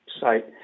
site